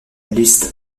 liste